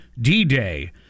D-Day